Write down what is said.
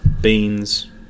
beans